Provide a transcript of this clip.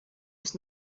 was